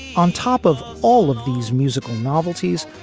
on top of all of these musical novelties,